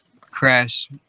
crash